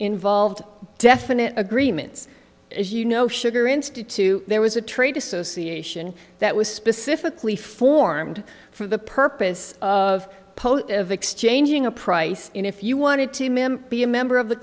involved definite agreements as you know sugar institue there was a trade association that was specifically formed for the purpose of post of exchanging a price and if you wanted to be a member of the